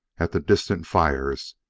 at the distant fires,